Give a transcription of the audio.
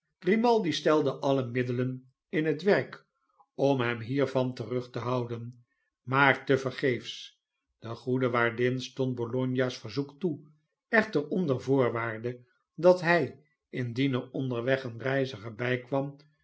grimaldi stelde alle middelen in het werk om hem hiervan terug te houden maar tevergeefs de goede waardin stond bologna's verzoek toe echter onder voorwaarde dat hij indien er onderweg een reiziger bijkwam